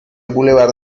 boulevard